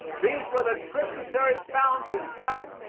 these were the tributary fountains, that,